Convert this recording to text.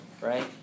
right